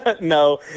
No